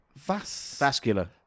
Vascular